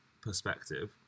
perspective